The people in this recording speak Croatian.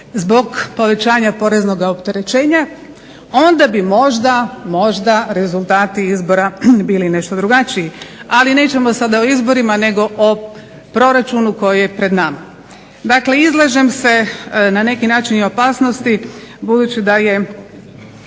zbog povećanja poreznog opterećenja, onda bi možda, možda rezultati izbora bili nešto drugačiji. Ali nećemo sada o izborima nego o proračunu koji je pred nama. Dakle, izlažem se na neki način i opasnosti budući daje